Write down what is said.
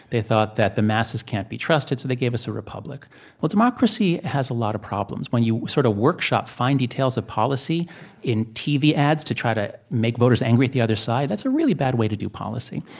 they thought that the masses can't be trusted, so they gave us a republic well democracy has a lot of problems. when you sort of workshop fine details of policy in tv ads to try to make voters angry at the other side, that's a really bad way to do policy.